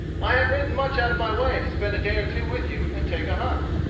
i have ridden much out of my way to spend a day or two with you, and take a hunt.